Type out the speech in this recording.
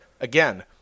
Again